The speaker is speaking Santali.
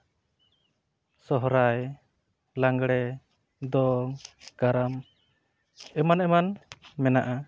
ᱥᱚᱦᱨᱟᱭ ᱞᱟᱸᱜᱽᱲᱮ ᱫᱚᱝ ᱠᱟᱨᱟᱢ ᱮᱢᱟᱱ ᱮᱢᱟᱱ ᱢᱮᱱᱟᱜᱼᱟ